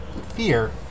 Fear